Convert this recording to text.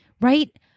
Right